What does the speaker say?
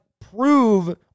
prove